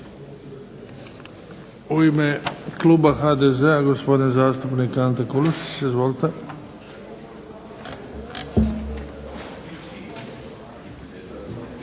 U ime Kluba HDZ-a gospodin zastupnik Ante Kulušić. Izvolite.